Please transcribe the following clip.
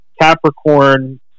Capricorn